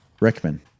Rickman